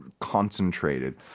concentrated